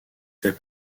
fait